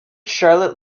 charlotte